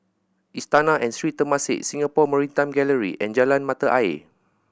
Istana and Sri Temasek Singapore Maritime Gallery and Jalan Mata Ayer